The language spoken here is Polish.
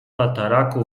tataraku